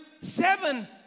seven